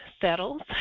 settles